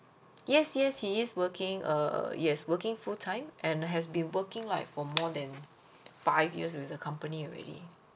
yes yes he is working err yes working full time and has been working like for more than five years with the company already